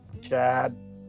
Chad